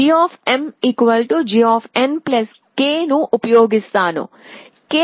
మరియు ggk ను ఉపయోగిస్తాను